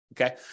Okay